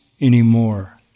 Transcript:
anymore